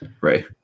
Right